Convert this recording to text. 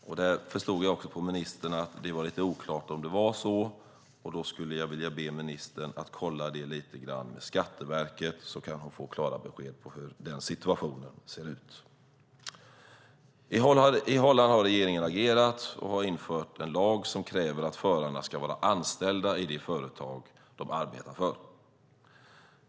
Jag förstod att det var lite oklart för ministern att det var så, men om ministern kollar det med Skatteverket kommer hon att få klara besked. I Holland har regeringen agerat och infört en lag som kräver att förarna ska vara anställda i de företag de arbetar för.